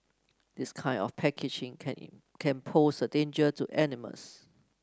this kind of packaging can can pose a danger to animals